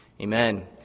amen